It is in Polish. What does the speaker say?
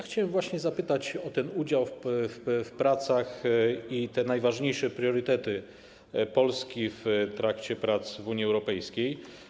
Chciałem zapytać o ten udział w pracach i te najważniejsze priorytety Polski w trakcie prac w Unii Europejskiej.